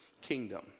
kingdom